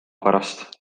pärast